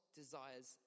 desires